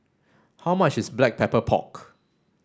how much is black pepper pork